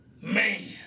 Man